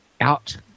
out